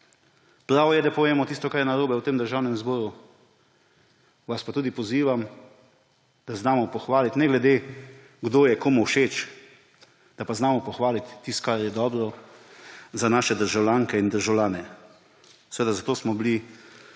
prav je, da povemo tisto, kar je narobe v tem državnem zbor, vas pa tudi pozivam, da znamo pohvaliti ne glede, kdo je komu všeč, pa da znamo pohvaliti tisto, kar je dobro za naše državljanke in državljane. Zato smo bili